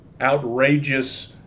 outrageous